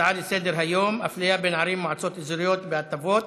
הצעה לסדר-היום בנושא: אפליה בין ערים ומועצות אזוריות בהטבות